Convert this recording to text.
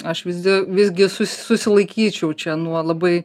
aš vis visgi sus susilaikyčiau čia nuo labai